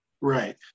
Right